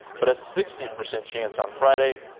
but a sixty percent chance on friday.